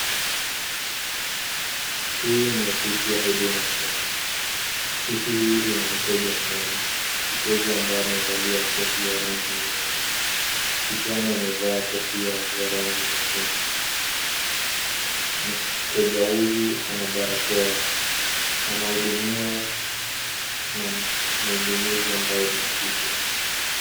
Hii ni ofisi ya Huduma Kenya. Ofisi hii ina mteja mmoja, mteja ambaye amevalia koti ya rangi nyeusi. Kichwani amevaa kofia ya rangi nyekundu. Mteja huyu ana barakoa, anahudumiwa na mhudumizi ambaye ni wa kike.